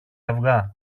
αυγά